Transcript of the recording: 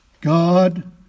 God